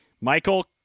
Michael